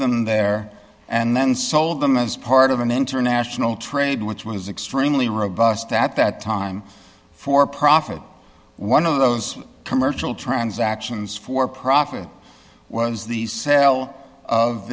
them there and then sold them as part of an international trade which was extremely robust at that time for profit one of those commercial transactions for profit was the sale of